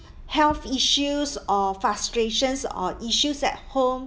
health issues or frustrations or issues at home